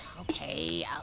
Okay